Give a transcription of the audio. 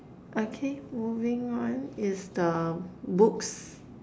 okay moving on is the books